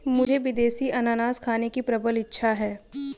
मुझे विदेशी अनन्नास खाने की प्रबल इच्छा है